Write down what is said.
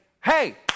hey